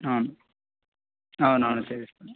అవును అవును అవును చేపిస్తున్నాము